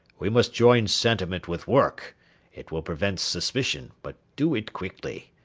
we must join sentiment with work it will prevent suspicion but do it quickly.